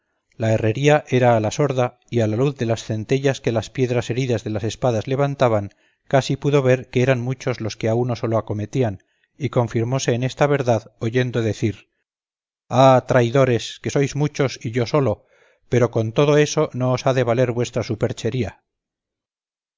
la herrería era a la sorda y a la luz de las centellas que las piedras heridas de las espadas levantaban casi pudo ver que eran muchos los que a uno solo acometían y confirmóse en esta verdad oyendo decir ah traidores que sois muchos y yo solo pero con todo eso no os ha de valer vuestra superchería